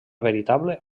veritable